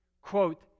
quote